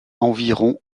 environ